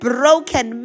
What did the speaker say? Broken